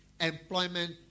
employment